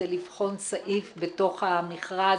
זה לבחון סעיף בתוך המכרז,